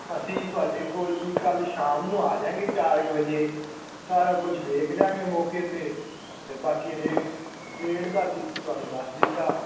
ਅਸੀਂ ਤੁਹਾਡੇ ਕੋਲ ਜੀ ਕੱਲ੍ਹ ਸ਼ਾਮ ਨੂੰ ਆ ਜਾਂਗੇ ਚਾਰ ਕੁ ਵਜੇ ਸਾਰਾ ਕੁਝ ਵੇਖ ਲਿਆਂਗੇ ਮੌਕੇ 'ਤੇ ਅਤੇ ਬਾਕੀ ਰੇਟ ਰੇਟ ਦਾ ਅਸੀਂ ਤੁਹਾਨੂੰ ਦੱਸ ਦਿੱਤਾ